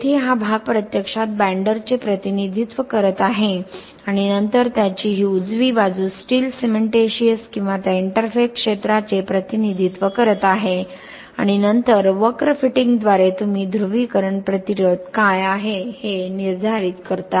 येथे हा भाग प्रत्यक्षात बाईंडरचे प्रतिनिधित्व करत आहे आणि नंतर त्याची ही उजवी बाजू स्टील सिमेंटिशिअस किंवा त्या इंटरफेस क्षेत्राचे प्रतिनिधित्व करत आहे आणि नंतर वक्र फिटिंगद्वारे तुम्ही ध्रुवीकरण प्रतिरोध काय आहे हे निर्धारित करता